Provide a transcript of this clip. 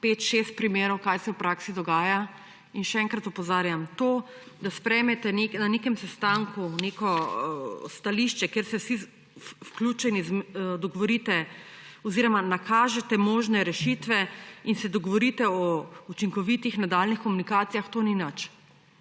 5, 6 primerov, kaj se v praksi dogaja. In še enkrat opozarjam, to, da sprejmete na nekem sestanku neko stališče, kjer se vsi vključeni dogovorite oziroma nakažete možne rešitve in se dogovorite o učinkovitih nadaljnjih komunikacijah, to ni nič.